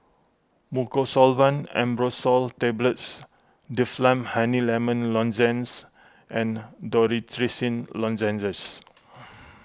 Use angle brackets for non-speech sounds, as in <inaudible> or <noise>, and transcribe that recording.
Mucosolvan Ambroxol Tablets Difflam Honey Lemon Lozenges and Dorithricin Lozenges <noise>